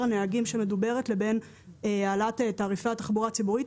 הנהגים לבין העלאת תעריפי התחבורה הציבורית.